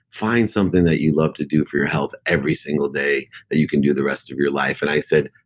find something that you love to do for your health every single day, that you can do the rest of your life. life. and i said,